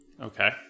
Okay